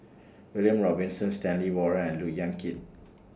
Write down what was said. William Robinson Stanley Warren and Look Yan Kit